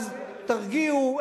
אז תרגיעו.